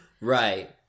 Right